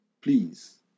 please